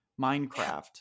Minecraft